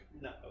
No